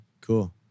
cool